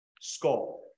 skull